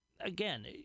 again